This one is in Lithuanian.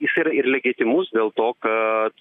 jisai yra ir legetimus dėl to kad